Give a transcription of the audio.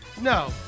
No